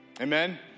Amen